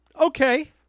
okay